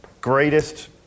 greatest